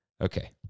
Okay